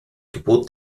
gebot